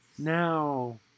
Now